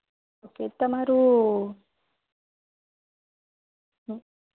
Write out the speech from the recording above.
okay તમારું હમ